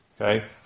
Okay